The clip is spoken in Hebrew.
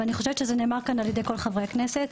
ואני חושבת שזה נאמר כאן על ידי כל חברי הכנסת,